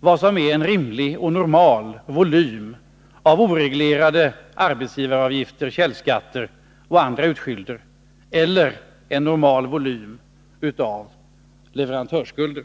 vad som är en rimlig och normal volym av oreglerade arbetsgivaravgifter, källskatter och andra utskylder, eller en normal volym av leverantörsskulder.